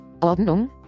Ordnung